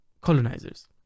colonizers